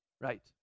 right